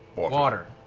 water.